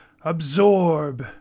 absorb